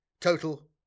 total